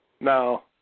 No